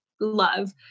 love